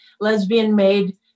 lesbian-made